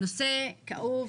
נושא כאוב,